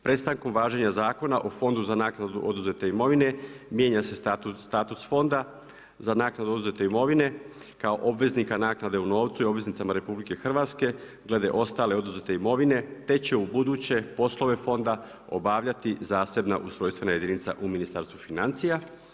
Prestankom važenja Zakona o Fondu za naknadu oduzete imovine mijenja se status fonda za naknadu oduzete imovine kao obveznika naknade u novcu i obveznicima RH glede ostale oduzete imovine te će ubuduće poslove fonda obavljati zasebna ustrojstvena jedinca u Ministarstvu financija.